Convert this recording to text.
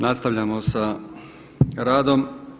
Nastavljamo sa radom.